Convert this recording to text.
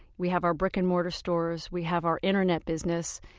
we have our brick-and-mortar stores, we have our internet business,